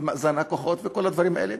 ומאזן הכוחות וכל הדברים האלה,